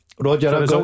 Roger